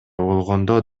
болгондо